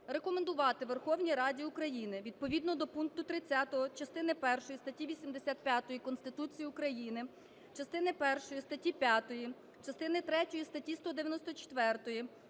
рекомендувати Верховній Раді України відповідно до пункту 30 частини першої статті 85 Конституції України, частини першої статті 5, частини третьої статті 194,